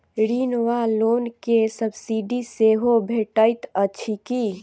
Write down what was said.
ऋण वा लोन केँ सब्सिडी सेहो भेटइत अछि की?